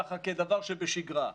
ככה כדבר שבשגרה.